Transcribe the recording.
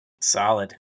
Solid